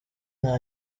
nta